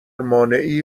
مانعی